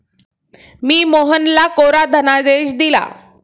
मी मोहनला कोरा धनादेश दिला